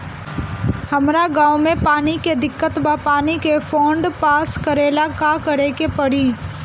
हमरा गॉव मे पानी के दिक्कत बा पानी के फोन्ड पास करेला का करे के पड़ी?